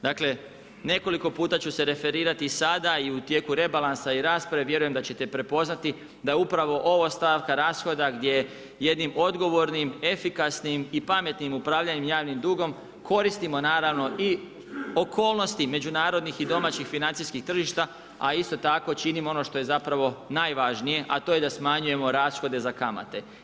Dakle, nekoliko puta ću se referirati sada i tijeku rebalansa i rasprave, vjerujem da ćete prepoznati da upravo ova stavka rashoda gdje jednim odgovornim, efikasnim i pametnim upravljanjem javnim dugom koristimo naravno i okolnosti međunarodnih i domaćih financijski tržišta a isto tako činimo ono što je zapravo najvažnije, a to je da smanjujemo rashode za kamate.